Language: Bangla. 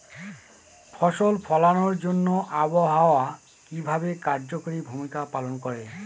ফসল ফলানোর জন্য আবহাওয়া কিভাবে কার্যকরী ভূমিকা পালন করে?